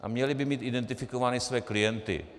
A měly by mít identifikovány své klienty.